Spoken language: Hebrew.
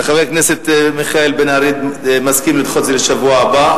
וחבר הכנסת מיכאל בן-ארי מסכים לדחות את זה לשבוע הבא,